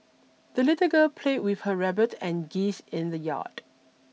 the little girl played with her rabbit and geese in the yard